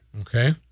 Okay